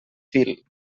fil